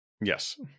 Yes